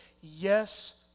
Yes